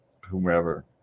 whomever